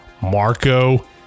Marco